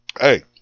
Hey